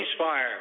ceasefire